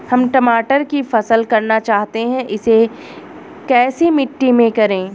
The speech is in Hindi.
हम टमाटर की फसल करना चाहते हैं इसे कैसी मिट्टी में करें?